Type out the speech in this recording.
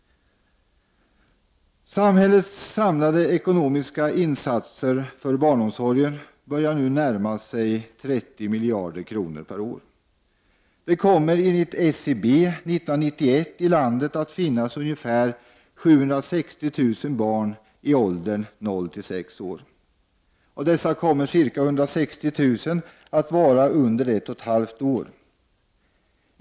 Samhällets samlade ekonomiska insatser för barnomsorgen börjar nu närma sig 30 miljarder kronor per år. Det kommer enligt SCB att 1991 finnas ungefär 760 000 barn i landet i åldern 0-6 år. Av dessa kommer ca 160 000 att vara under ett och ett halvt år.